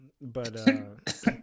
But-